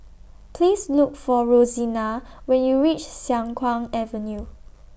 Please Look For Rosina when YOU REACH Siang Kuang Avenue